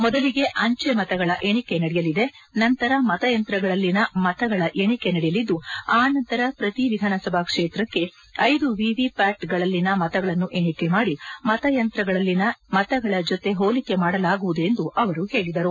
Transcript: ಮೊದಲಿಗೆ ಅಂಚೆ ಮತಗಳ ಎಣಿಕೆ ನಡೆಯಲಿದೆ ನಂತರ ಮತಯಂತ್ರಗಳಲ್ಲಿನ ಮತಗಳ ಎಣಿಕೆ ನಡೆಯಲಿದ್ದು ಆ ನಂತರ ಪ್ರತಿ ವಿಧಾನಸಭಾ ಕ್ಷೇತ್ರಕ್ಕೆ ಐದು ವಿವಿಪ್ಯಾಟ್ಗಳಲ್ಲಿನ ಮತಗಳನ್ನು ಎಣಿಕೆ ಮಾದಿ ಮತಯಂತ್ರಗಳಲ್ಲಿನ ಮತಗಳ ಜೊತೆ ಹೋಲಿಕೆ ಮಾಡಲಾಗುವುದು ಎಂದು ಅವರು ಹೇಳಿದರು